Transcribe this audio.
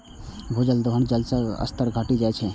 भूजल दोहन सं जलक स्तर घटि जाइत छै